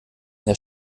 der